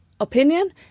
opinion